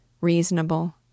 reasonable